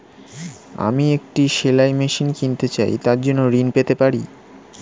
আমি একটি সেলাই মেশিন কিনতে চাই তার জন্য ঋণ পেতে পারি?